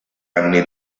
anni